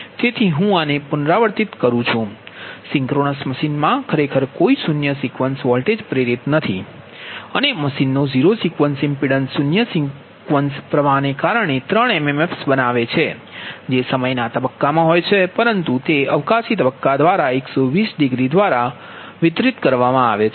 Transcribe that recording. તેથી હું આને પુનરાવર્તિત કરું છું સિંક્રનસ મશીનમાં ખરેખર કોઈ શૂન્ય સિક્વન્સ વોલ્ટેજ પ્રેરિત નથી અને મશીનનો ઝીરો સિક્વન્સ ઇમ્પિડંસ શૂન્ય સિક્વન્સ પ્રવાહને કારણે ત્રણ mmf's બનાવે છે જે સમયના તબક્કામાં હોય છે પરંતુ તે અવકાશી તબક્કા દ્વારા 120 વિતરિત કરવામાં આવે છે